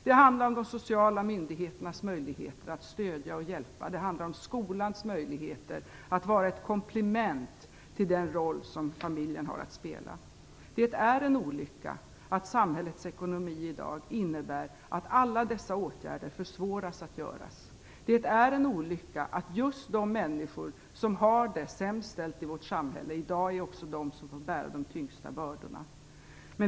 Det handlar om de sociala myndigheternas möjligheter att stödja och hjälpa. Det handlar om skolans möjligheter att vara ett komplement till den roll familjen har att spela. Det är en olycka att samhällets ekonomi i dag innebär att alla dessa åtgärder försvåras. Det är en olycka att just de människor som har det sämst ställt i vårt samhälle i dag är de som också får bära de tyngsta bördorna.